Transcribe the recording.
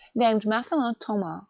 named mathelin thomas,